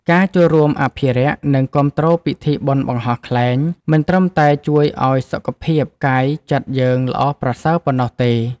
ការចូលរួមអភិរក្ស និងគាំទ្រពិធីបុណ្យបង្ហោះខ្លែង មិនត្រឹមតែជួយឱ្យសុខភាពកាយចិត្តយើងល្អប្រសើរប៉ុណ្ណោះទេ។